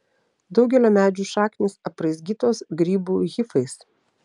daugelio medžių šaknys apraizgytos grybų hifais